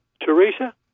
Teresa